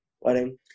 wedding